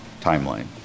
timeline